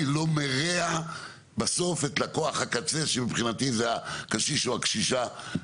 לא מרע את מצבו של לקוח הקצה שמבחינתי זה הקשיש או הקשישה.